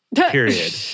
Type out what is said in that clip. period